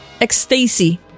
Ecstasy